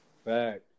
fact